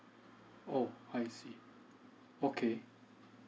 oh I see okay